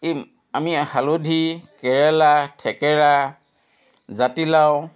আমি হালধি কেৰেলা থেকেৰা জাতিলাও